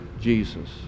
Jesus